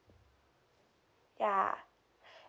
ya